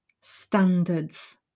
standards